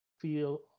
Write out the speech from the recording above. feel